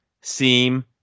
seem